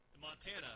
Montana